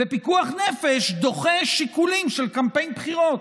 ופיקוח נפש דוחה שיקולים של קמפיין בחירות.